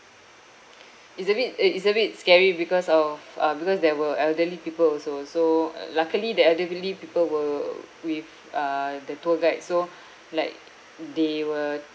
it's a bit uh it's a bit scary because of uh because there were elderly people also so uh luckily the elderly people were with uh the tour guide so like they were